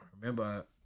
remember